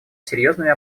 серьезными